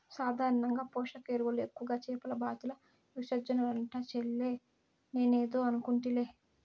సాధారణంగా పోషక ఎరువులు ఎక్కువగా చేపల బాతుల విసర్జనలంట చెల్లే నేనేదో అనుకుంటిలే